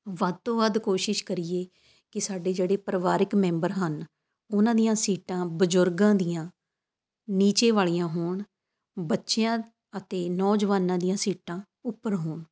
ਵੱਧ ਤੋਂ ਵੱਧ ਕੋਸ਼ਿਸ਼ ਕਰੀਏ ਕਿ ਸਾਡੇ ਜਿਹੜੇ ਪਰਿਵਾਰਿਕ ਮੈਂਬਰ ਹਨ ਉਹਨਾਂ ਦੀਆਂ ਸੀਟਾਂ ਬਜ਼ੁਰਗਾਂ ਦੀਆਂ ਨੀਚੇ ਵਾਲੀਆਂ ਹੋਣ ਬੱਚਿਆਂ ਅਤੇ ਨੌਜਵਾਨਾਂ ਦੀਆਂ ਸੀਟਾਂ ਉੱਪਰ ਹੋਣ